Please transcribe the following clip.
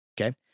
Okay